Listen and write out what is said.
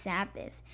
Sabbath